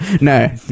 No